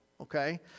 okay